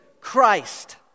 Christ